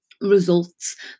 results